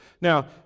Now